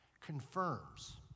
confirms